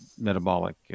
metabolic